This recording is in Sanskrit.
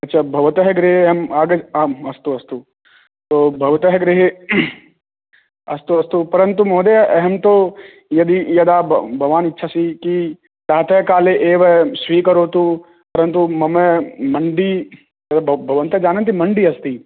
अच्छा भवतः गृहे अहम् आम् अस्तु अस्तु तु भवतः गृहे अस्तु अस्तु परन्तु महोदय अहं तु यदि यदा भवान् इच्छसि प्रातःकाले एव स्वीकरोतु परन्तु मम मण्डी भवन्तः जानन्ति मण्डी अस्ति